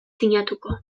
sinatuko